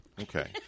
okay